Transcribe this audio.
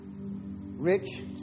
Rich